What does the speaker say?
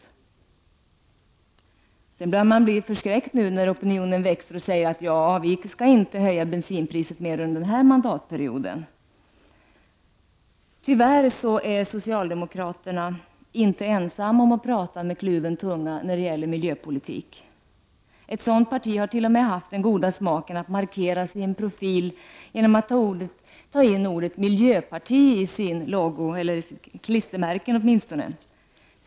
Regeringen börjar bli förskräckt när opinionen växer och säger: Vi skall inte höja bensinpriset mer under den här mandatperioden. Tyvärr är socialdemokraterna inte ensamma om att tala med kluven tunga när det gäller miljöpolitik. Ett annat parti har t.o.m. haft den goda smaken att markera sin profil genom att ta in ordet miljöparti i sin logotype, eller åtminstone på sina klistermärken.